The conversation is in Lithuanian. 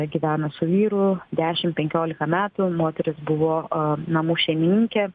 gyvena su vyru dešim penkiolika metų moteris buvo namų šeimininkė